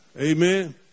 Amen